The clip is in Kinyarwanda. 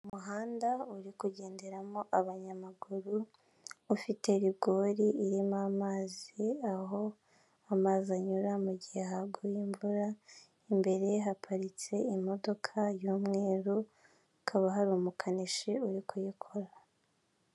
Umuhanda uri kugengeramo abanyamaguru, ufite rigori irimo amazi aho amazi anyura mugihe haguye imvura, imbere haparitse imodoka y'umweru, hakaba hari umukanishi uri kuyikora.